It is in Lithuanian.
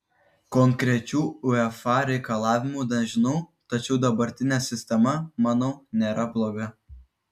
konkrečių uefa reikalavimų nežinau tačiau dabartinė sistema manau nėra bloga